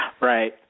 Right